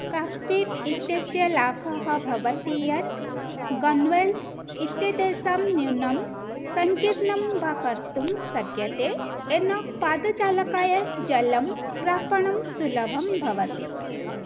cockpit इत्यस्य लाभः भवति यत् गन्वेल्स् इत्येषां न्यूनं सङ्कीर्णं वा कर्तुं शक्यते येन पादचालकाय जलं प्रापणं सुलभं भवति